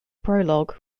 prologue